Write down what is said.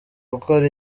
gukora